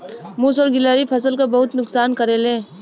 मुस और गिलहरी फसल क बहुत नुकसान करेले